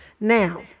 Now